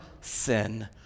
sin